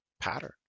pattern